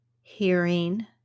hearing